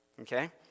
Okay